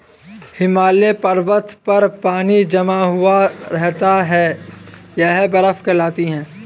हिमालय पर्वत पर पानी जमा हुआ रहता है यह बर्फ कहलाती है